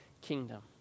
kingdom